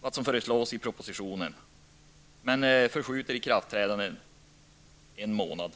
vad som föreslås i propositionen men vill av praktiska skäl förskjuta ikraftträdandet med en månad.